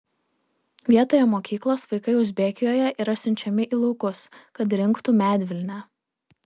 vietoje mokyklos vaikai uzbekijoje yra siunčiami į laukus kad rinktų medvilnę